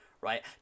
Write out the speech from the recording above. Right